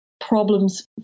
problems